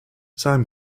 sam